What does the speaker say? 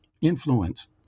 influence